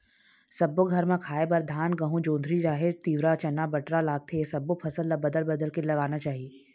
सब्बो घर म खाए बर धान, गहूँ, जोंधरी, राहेर, तिंवरा, चना, बटरा लागथे ए सब्बो फसल ल बदल बदल के लगाना चाही